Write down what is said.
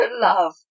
love